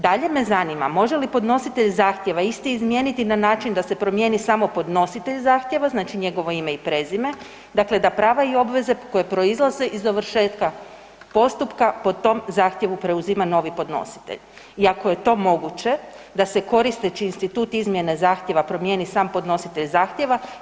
Dalje me zanima, može li podnositelj zahtjeva isti izmijeniti na način da se promijeni samo podnositelj zahtjeva znači njegovo ime i prezime, dakale da prava i obveze koje proizlaze iz dovršetka postupka po tom zahtjevu preuzima novi podnositelj i ako je to moguće da se koriste čiji je institut promjena zahtjeva promijeni sam podnositelj zahtjeva.